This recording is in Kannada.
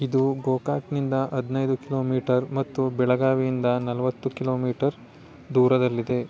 ಇದು ಗೋಕಾಕ್ನಿಂದ ಹದ್ನೈದು ಕಿಲೋಮೀಟರ್ ಮತ್ತು ಬೆಳಗಾವಿಯಿಂದ ನಲವತ್ತು ಕಿಲೋಮೀಟರ್ ದೂರದಲ್ಲಿದೆ